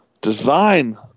design